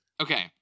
okay